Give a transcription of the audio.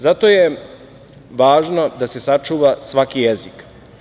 Zato je važno da se sačuva svaki jezik.